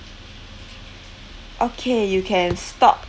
okay you can stop